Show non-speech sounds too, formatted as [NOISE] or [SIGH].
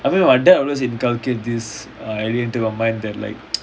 I mean my dad always inculcate this err doubt into a mind that like [NOISE]